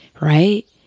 right